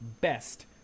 best